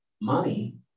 money